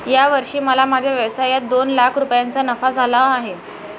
या वर्षी मला माझ्या व्यवसायात दोन लाख रुपयांचा नफा झाला आहे